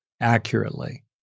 accurately